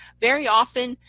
very often,